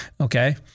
okay